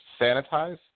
sanitize